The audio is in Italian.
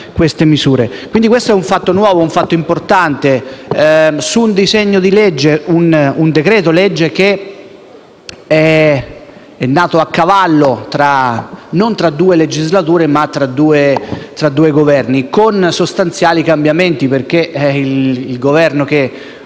dunque è un fatto nuovo, un fatto importante, che riguarda un decreto-legge che è nato a cavallo non tra due legislature, ma tra due Governi, con sostanziali cambiamenti, perché il Governo che